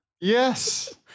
Yes